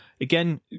again